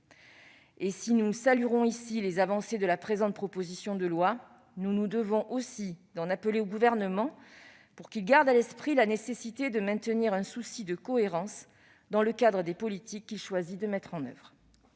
Si nous saluons les avancées de la présente proposition de loi, nous nous devons aussi d'en appeler au Gouvernement pour qu'il garde à l'esprit la nécessité de maintenir un souci de cohérence dans le cadre des politiques qu'il choisit de mettre en oeuvre.